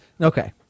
Okay